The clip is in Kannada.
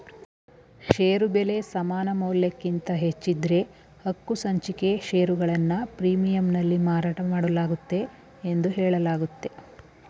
ಷೇರು ಬೆಲೆ ಸಮಾನಮೌಲ್ಯಕ್ಕಿಂತ ಹೆಚ್ಚಿದ್ದ್ರೆ ಹಕ್ಕುಸಂಚಿಕೆ ಷೇರುಗಳನ್ನ ಪ್ರೀಮಿಯಂನಲ್ಲಿ ಮಾರಾಟಮಾಡಲಾಗುತ್ತೆ ಎಂದು ಹೇಳಲಾಗುತ್ತೆ